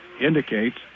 indicates